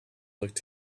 looked